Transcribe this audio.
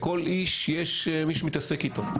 לכל איש יש מי שמתעסק איתו.